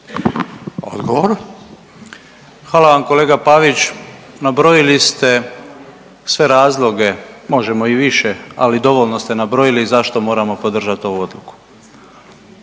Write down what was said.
(HDZ)** Hvala vam kolega Pavić. Nabrojili ste sve razloge. Možemo i više, ali dovoljno ste nabrojili zašto moramo podržati ovu odluku.